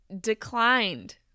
declined